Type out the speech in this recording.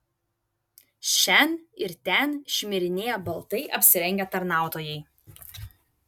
šen ir ten šmirinėjo baltai apsirengę tarnautojai